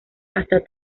hasta